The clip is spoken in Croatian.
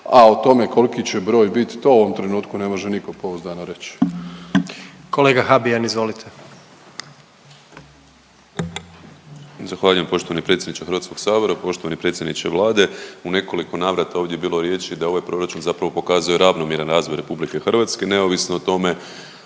a o tome koliki će broj biti to u ovom trenutku ne može nitko pouzdano reći. **Jandroković, Gordan (HDZ)** Kolega Habijan, izvolite. **Habijan, Damir (HDZ)** Zahvaljujem poštovani predsjedniče Hrvatskog sabora, poštovani predsjedniče Vlade. U nekoliko navrata ovdje je bilo riječi da ovaj proračun zapravo pokazuje ravnomjeran razvoj Republike Hrvatske neovisno o tome